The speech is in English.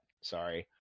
Sorry